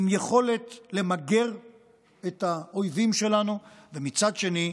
עם יכולת למגר את האויבים שלנו, ומצד שני,